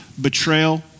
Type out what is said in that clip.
betrayal